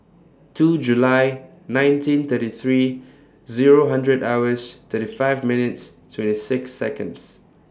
two July nineteen thirty three Zero hundred hours thirty five minutes twenty six Seconds